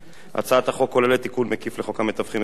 הצעת החוק כוללת תיקון מקיף לחוק המתווכים במקרקעין,